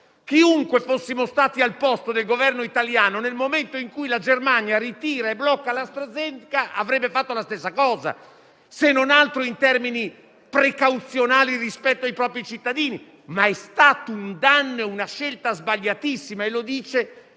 chiunque fosse stato al posto del Governo italiano, nel momento in cui la Germania ha ritirato e bloccato il vaccino AstraZeneca, avrebbe fatto la stessa cosa, se non altro in termini precauzionali rispetto ai propri cittadini, ma è stato un danno e una scelta sbagliatissima. Lo dice